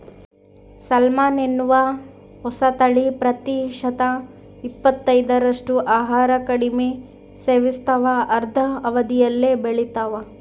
salmon ಎನ್ನುವ ಹೊಸತಳಿ ಪ್ರತಿಶತ ಇಪ್ಪತ್ತೈದರಷ್ಟು ಆಹಾರ ಕಡಿಮೆ ಸೇವಿಸ್ತಾವ ಅರ್ಧ ಅವಧಿಯಲ್ಲೇ ಬೆಳಿತಾವ